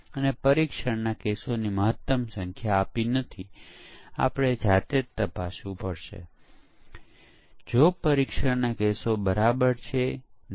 એકમ પરીક્ષણમાં આપણે તે એકમ માટેનો કોડ લખી અને કમ્પાઇલ કરવામાં આવે કે તરત જ પરીક્ષણ પ્રવૃત્તિ શરૂ કરીએ છીએ